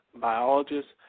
biologists